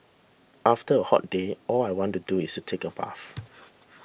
after a hot day all I want to do is take a bath